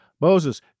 Moses